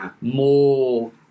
more